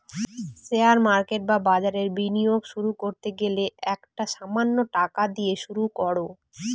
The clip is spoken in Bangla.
শেয়ার মার্কেট বা বাজারে বিনিয়োগ শুরু করতে গেলে একটা সামান্য টাকা দিয়ে শুরু করো